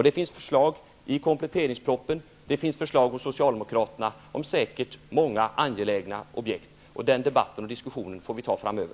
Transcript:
Det finns förslag i kompletteringspropositionen och hos Socialdemokraterna om objekt som säkert är angelägna, men den debatten och diskussionen får vi ta framöver.